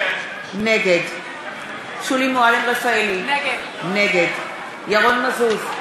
נגד שולי מועלם-רפאלי, נגד ירון מזוז,